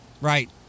right